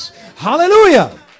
hallelujah